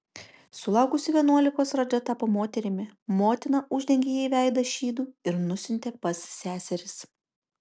sulaukusi vienuolikos radža tapo moterimi motina uždengė jai veidą šydu ir nusiuntė pas seseris